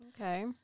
Okay